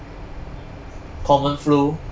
common flu